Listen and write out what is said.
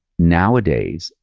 nowadays,